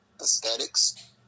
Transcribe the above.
aesthetics